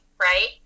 right